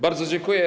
Bardzo dziękuję.